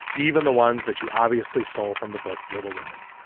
even the ones that you obviously stole from the book, little women.